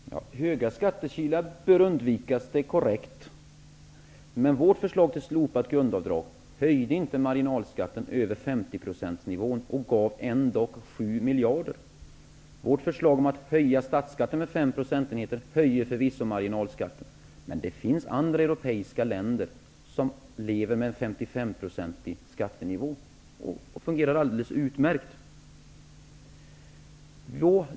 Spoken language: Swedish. Herr talman! Stora skattekilar bör undvikas. Det är korrekt. Men vårt förslag till slopat grundavdrag höjde inte marginalskatten över 50 % nivån och gav ändå 7 miljarder kronor. Vårt förslag om att höja statsskatten med fem procentenheter höjer förvisso marginalskatten. Det finns andra europeiska länder som lever med en skattenivå på 55 % och de fungerar alldeles utmärkt.